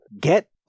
get